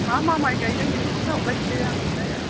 मा मा माइ गायदों बेखौ खिथाहरलाय एसे आंनोहाय